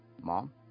Mom